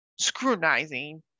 scrutinizing